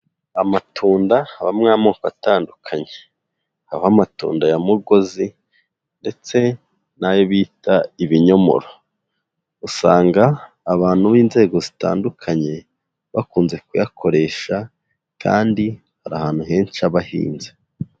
Amatunda abamo amoko atandukanye, habamo amatunda ya mugozi ndetse n'ayo bita ibinyomoro, usanga abantu b'inzego zitandukanye bakunze kuyakoresha kandi hari ahantu henshi aba ahinze.